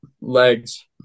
legs